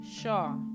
Sure